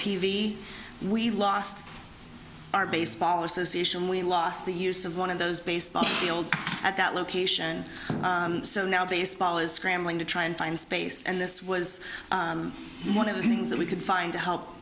v we lost our baseball association we lost the use of one of those baseball fields at that location so now baseball is scrambling to try and find space and this was one of the things that we could find to help